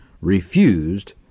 refused